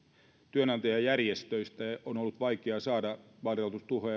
työnantajajärjestöistä on ollut vaikea saada